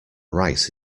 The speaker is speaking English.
rice